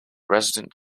resident